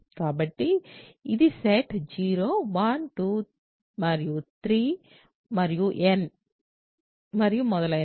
కాబట్టి ఇది సెట్ 0 1 2 3 మరియు మొదలైనవి